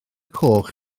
coch